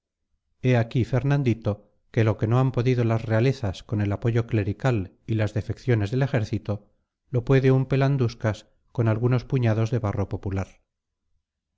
aquí fernandito que lo que no han podido las realezas con el apoyo clerical y las defecciones del ejército lo puede un pelanduscas con algunos puñados de barro popular